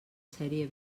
sèrie